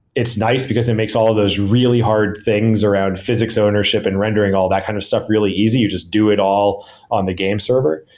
it's nice because it makes all of those really hard things around physics ownership and rendering, all that kind of stuff, really easy. you just do it all on the game server.